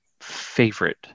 favorite